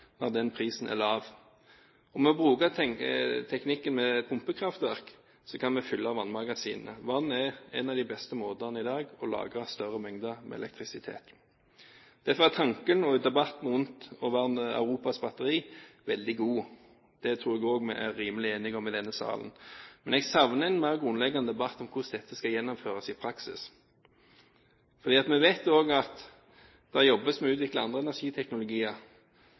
den prisen er lav. Ved å bruke teknikken med pumpekraftverk kan vi fylle vannmagasinene. Vann er en av de beste måtene i dag å lage større mengder elektrisitet på. Derfor er tanken om og debatten rundt å være Europas batteri veldig god. Det tror jeg også vi er rimelig enige om i denne sal. Men jeg savner en mer grunnleggende debatt om hvordan dette skal gjennomføres i praksis. For vi vet også at det jobbes med å utvikle andre energiteknologier,